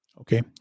Okay